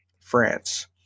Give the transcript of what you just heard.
France